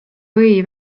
või